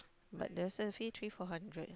but there's a fee three four hundred